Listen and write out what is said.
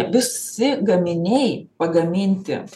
visi gaminiai pagaminti